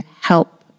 help